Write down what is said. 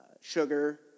sugar